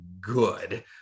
good